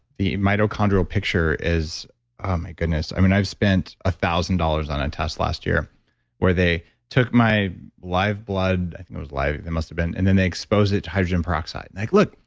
the mitochondrial picture is, oh my goodness. i mean, i've spent a thousand dollars on a test last year where they took my live blood. i think it was live, it must've been and then they expose it to hydrogen peroxide like, look,